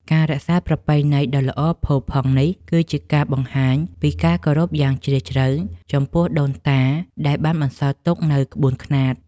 ការរក្សាប្រពៃណីដ៏ល្អផូរផង់នេះ គឺជាការបង្ហាញពីការគោរពយ៉ាងជ្រាលជ្រៅចំពោះដូនតាដែលបានបន្សល់ទុកនូវក្បួនខ្នាត។